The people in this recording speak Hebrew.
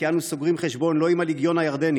כי אנו סוגרים חשבון לא עם הלגיון הירדני